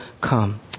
come